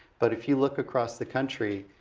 but if you look across the country,